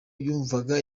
yumvaga